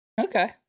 Okay